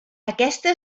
aquesta